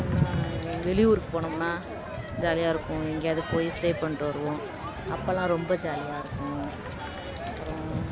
என்ன வெளியூருக்கு போனோம்னால் ஜாலியாக இருக்கும் எங்கேயாவது போய் ஸ்டே பண்ணிவிட்டு வருவோம் அப்போல்லாம் ரொம்ப ஜாலியாக இருக்கும் அப்புறம்